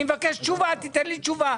תיתן לי תשובה.